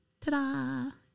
Ta-da